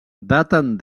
daten